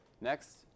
next